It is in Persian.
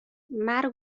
مرگ